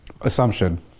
Assumption